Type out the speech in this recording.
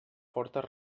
fortes